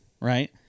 Right